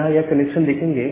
यहां आप यह कनेक्शन देखेंगे